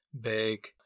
big